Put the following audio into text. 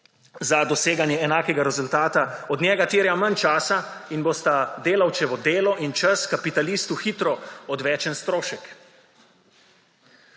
za doseganje enakega rezultata od njega terja manj časa in bosta delavčevo delo in čas kapitalistu hitro odvečen strošek.